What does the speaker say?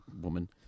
woman